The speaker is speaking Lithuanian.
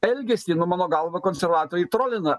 elgesį nu mano galva konservatoriai trolina